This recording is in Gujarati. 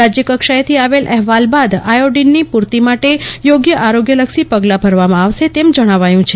રાજ્ય કક્ષાએથી આવેલ અહેવાલ બાદ આયોડીનની પુરતી માટે યોગ્ય આરોગ્યલક્ષી પગલાં ભરવામાં આવે છે તેમ જણાવાયું છે